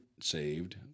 saved